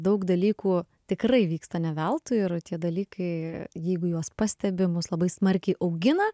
daug dalykų tikrai vyksta ne veltui ir tie dalykai jeigu juos pastebi mus labai smarkiai augina